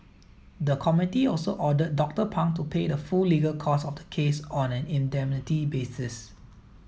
the committee also ordered Doctor Pang to pay the full legal costs of the case on an indemnity basis